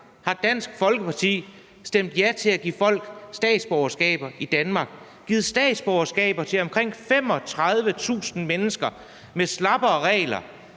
har Dansk Folkeparti stemt ja til at give folk statsborgerskab i Danmark. De har givet statsborgerskaber til omkring 35.000 mennesker med slappere regler